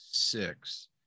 six